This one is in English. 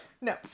No